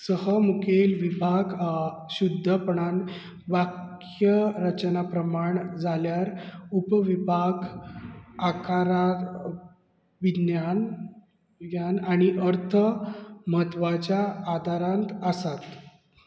सह मुखेल विभाग शुध्दपणान वाक्यरचना प्रमाण जाल्यार उपविभाग आकारा विज्ञान विज्ञान आनी अर्थ म्हत्वाच्या आदारांत आसात